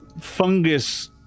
fungus